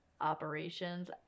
operations